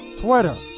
Twitter